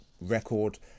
record